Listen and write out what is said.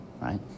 right